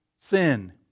sin